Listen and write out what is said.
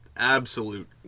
absolute